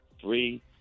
three